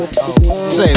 Say